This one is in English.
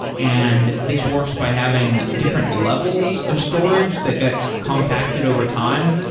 and this works by having different levels of storage that got compacted overtime.